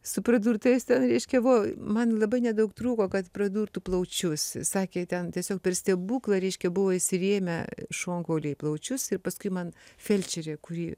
su pradurtais ten reiškia vo man labai nedaug trūko kad pradurtų plaučius sakė ten tiesiog per stebuklą ryškia buvo įsirėmę šonkauliai į plaučius ir paskui man felčerį kuri